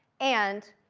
and